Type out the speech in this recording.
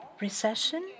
Recession